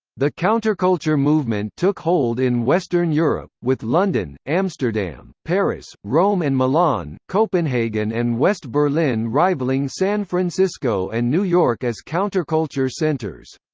the counterculture movement took hold in western europe, with london, amsterdam, paris, rome and milan, copenhagen and west berlin rivaling san francisco and new york as counterculture centers.